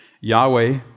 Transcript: Yahweh